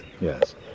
Yes